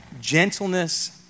gentleness